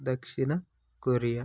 దక్షిణ కొరియా